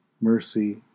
mercy